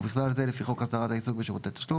ובכלל זה לפי חוק הסדרת העיסוק בשירותי תשלום,